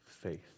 faith